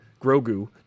Grogu